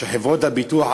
וחברות הביטוח,